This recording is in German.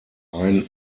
ein